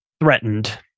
threatened